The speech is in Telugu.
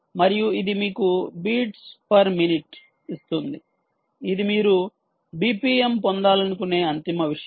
మరియు ఇది మీకు బీట్స్ పర్ మినిట్ ఇస్తుంది ఇది మీరు బిపిఎం పొందాలనుకునే అంతిమ విషయం